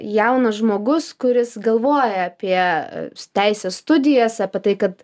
jaunas žmogus kuris galvoja apie teisės studijas apie tai kad